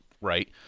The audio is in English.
right